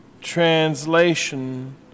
translation